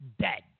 dead